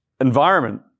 environment